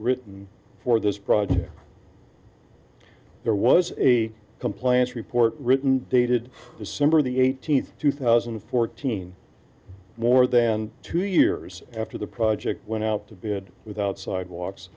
written for this project there was a compliance report written dated december the eighteenth two thousand and fourteen more than two years after the project went out to be had without sidewalks